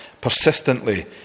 persistently